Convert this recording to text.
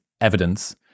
evidence